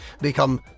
become